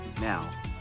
Now